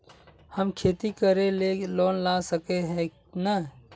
हम खेती करे ले लोन ला सके है नय?